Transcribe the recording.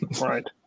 Right